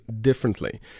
differently